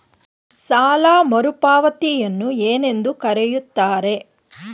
ಸಾಲ ಮರುಪಾವತಿಯನ್ನು ಏನೆಂದು ಕರೆಯುತ್ತಾರೆ?